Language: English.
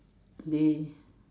they